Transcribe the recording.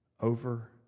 over